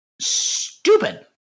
stupid